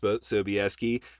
Sobieski